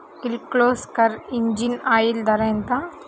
Kirloskar engine oil ధర ఎంత?